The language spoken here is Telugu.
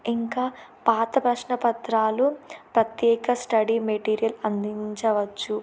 ఇంకా పాత ప్రశ్న పత్రాలు ప్రత్యేక స్టడీ మెటీరియల్ అందించవచ్చు